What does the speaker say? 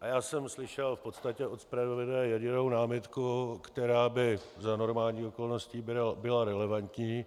A já jsem slyšel v podstatě od zpravodaje jedinou námitku, která by za normálních okolností byla relevantní,